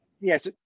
yes